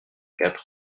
quatre